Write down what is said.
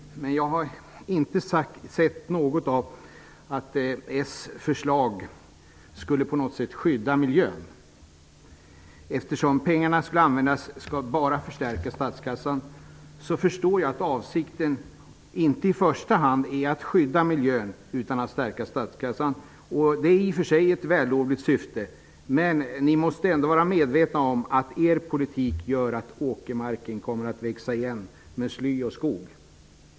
Men jag ser inte att något av era förslag skulle skydda miljön. Eftersom pengarna bara används för att förstärka statskassan, förstår jag att avsikten inte i första hand är att skydda miljön, utan just att förstärka statskassan. Det är i och för sig ett vällovligt syfte, men ni måste vara medvetna om att er politik gör att åkermarken kommer att växa igen med sly och skog.